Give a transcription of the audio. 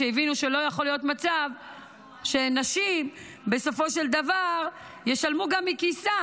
שהבינו שלא יכול להיות מצב שנשים בסופו של דבר ישלמו גם מכיסן.